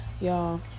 Y'all